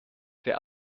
der